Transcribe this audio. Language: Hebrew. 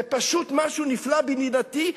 זה פשוט משהו נפלא מבינתי.